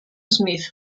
smith